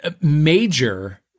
major